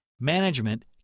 Management